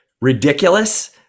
ridiculous